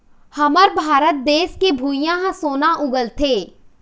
हमर भारत देस के भुंइयाँ ह सोना उगलथे